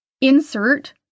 insert